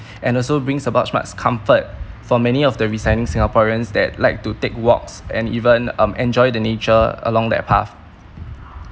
and also brings about much comfort for many of the residing singaporeans that like to take walks and even um enjoy the nature along their path